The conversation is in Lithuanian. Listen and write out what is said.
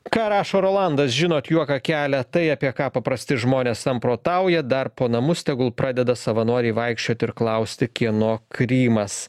ką rašo rolandas žinot juoką kelia tai apie ką paprasti žmonės samprotauja dar po namus tegul pradeda savanoriai vaikščiot ir klausti kieno krymas